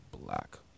black